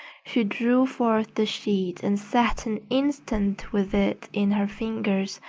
she drew forth the sheet and sat an instant with it in her fingers,